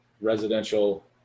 residential